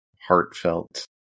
heartfelt